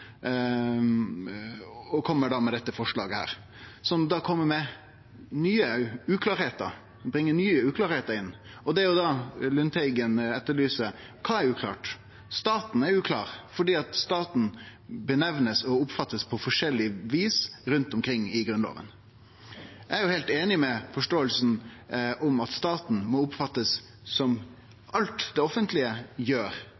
da med dette forslaget som bringar nye uklarleiker inn. Lundteigen etterlyser kva som er uklart. Staten er uklar, for staten blir namna og oppfatta på forskjellig vis i Grunnloven. Eg er jo heilt einig i forståinga om at staten må oppfattast som alt det offentlege gjer,